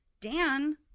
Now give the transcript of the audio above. Dan